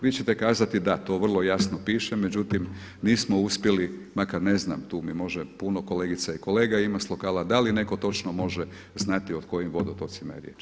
Vi ćete kazati da to vrlo jasno piše, međutim mi smo uspjeli makar ne znam, tu mi može, puno kolegica i kolega ima s lokala, da li netko točno može znati o kojim vodotocima je riječ.